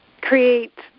create